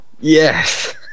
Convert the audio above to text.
Yes